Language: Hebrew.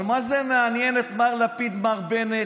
אבל מה זה מעניין את מר לפיד ומר בנט?